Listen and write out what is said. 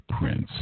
Prince